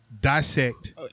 dissect